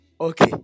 Okay